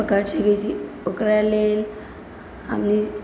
पकड़ि सकैत छी ओकरालेल हमनी